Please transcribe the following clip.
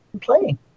playing